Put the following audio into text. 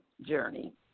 journey